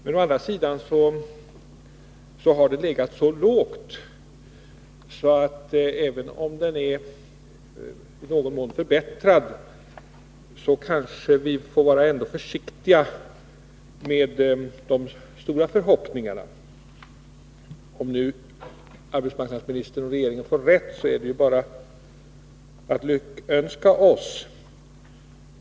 Men denna orderingång har å andra sidan varit så låg att vi, även om den i någon mån har förbättrats, nog ändå måste vara försiktiga när det gäller att hysa stora förhoppningar om en förbättring. Om nu arbetsmarknadsministern och regeringen får rätt, så är det bara att lyckönska.